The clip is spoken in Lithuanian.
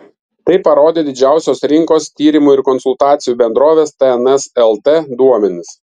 tai parodė didžiausios rinkos tyrimų ir konsultacijų bendrovės tns lt duomenys